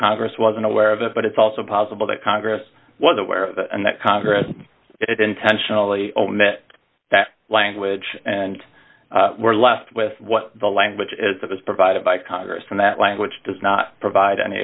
congress wasn't aware of it but it's also possible that congress was aware of it and that congress it intentionally omit that language and we're left with what the language as of is provided by congress and that language does not provide any